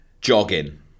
Jogging